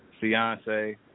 fiance